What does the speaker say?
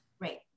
right